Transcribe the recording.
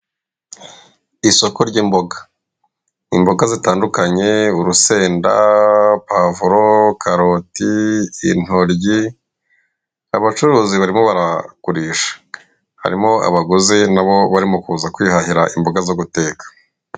Isoko ry'imboga, imboga zitandukanye urusenda, pavuro, karoti, intoryi, abacuruzi barimo baragurisha, harimo abaguzi nabo barimo kuza kwihahira imboga zo guteka.